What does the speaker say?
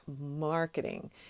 marketing